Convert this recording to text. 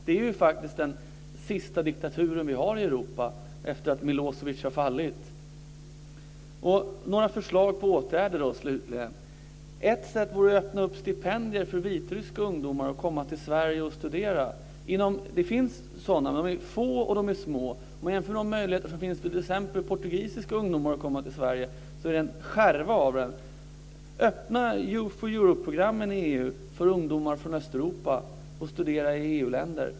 Det är faktiskt den sista diktaturen vi har i Europa efter det att Milosevic har fallit. Jag lämnar några förslag till åtgärder, slutligen. Ett sätt vore att öppna stipendier för vitryska ungdomar, så att de kan komma till Sverige och studera. Det finns sådana, men de är få och de är små. Om man jämför med de möjligheter som finns för t.ex. portugisiska ungdomar att komma till Sverige är det en skärva. Öppna Youth for Europe-programmen i EU för ungdomar från Östeuropa, så att de kan studera i EU länder!